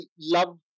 love